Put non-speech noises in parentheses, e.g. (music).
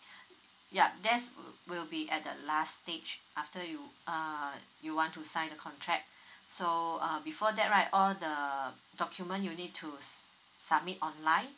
(breath) yup that's will be at the last stage after you uh you want to sign the contract (breath) so uh before that right all the document you need to s~ submit online